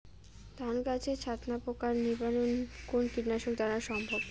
ধান গাছের ছাতনা পোকার নিবারণ কোন কীটনাশক দ্বারা সম্ভব?